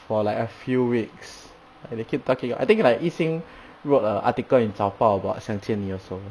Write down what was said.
for like a few weeks and they keep talking I think like yi xing wrote a article in 早报 about 想见你 also